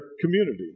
community